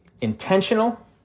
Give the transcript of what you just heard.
intentional